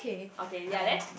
okay ya there